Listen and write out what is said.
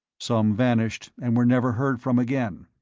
some vanished and were never heard from again,